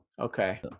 Okay